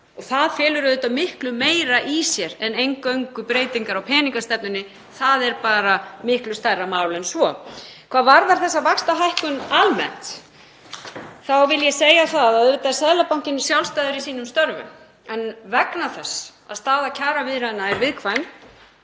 og það felur auðvitað miklu meira í sér en eingöngu breytingar á peningastefnunni. Það er bara miklu stærra mál en svo. Hvað varðar þessa vaxtahækkun almennt vil ég segja að auðvitað er Seðlabankinn sjálfstæður í störfum sínum en vegna þess að staða kjaraviðræðna er viðkvæm